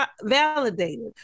validated